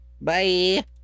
Bye